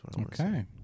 okay